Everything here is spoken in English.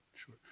short.